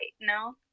no